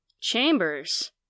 Chambers